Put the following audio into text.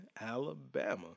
Alabama